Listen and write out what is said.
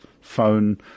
phone